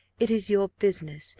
it is your business,